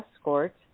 escort